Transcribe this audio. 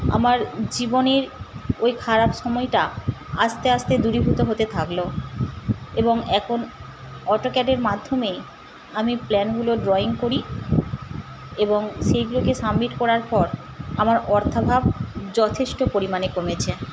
আমার জীবনের ওই খারাপ সময়টা আস্তে আস্তে দূরীভূত হতে থাকল এবং এখন অটোক্যাডের মাধ্যমেই আমি প্ল্যানগুলো ড্রয়িং করি এবং সেইগুলোকে সাবমিট করার পর আমার অর্থাভাব যথেষ্ট পরিমাণে কমেছে